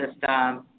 system